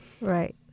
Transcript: Right